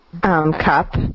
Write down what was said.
Cup